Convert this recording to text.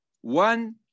one